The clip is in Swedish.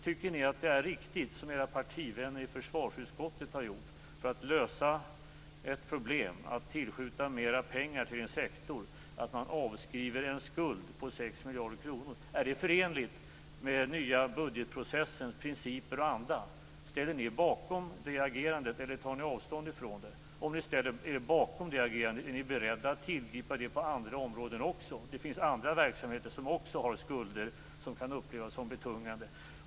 Tycker ni att det är riktigt som era partivänner i försvarsutskottet har gjort, nämligen att lösa ett problem genom att tillskjuta mera pengar till en sektor och avskriva en skuld på 6 miljarder kronor? Är det förenligt med den nya budgetprocessens principer och anda? Ställer ni er bakom det agerandet eller tar ni avstånd från det? Om ni ställer er bakom detta agerande: Är ni beredda att tillgripa det på andra områden också? Det finns andra verksamheter som också har skulder som kan upplevas som betungande.